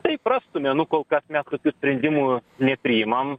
taip rastume nu kol kas mes tokių sprendimų nepriimam